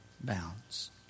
bounds